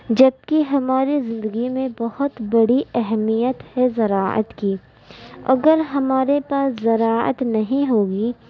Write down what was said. جبکہ ہماری زندگی میں بہت بڑی اہمیت ہے زراعت کی اگر ہمارے پاس زراعت نہیں ہوگی